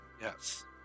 Yes